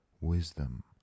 wisdom